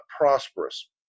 prosperous